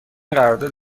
قرارداد